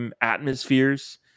atmospheres